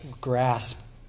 grasp